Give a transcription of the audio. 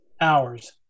hours